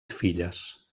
filles